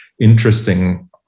interesting